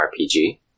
RPG